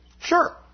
Sure